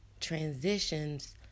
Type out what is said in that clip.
transitions